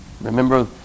remember